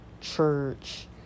church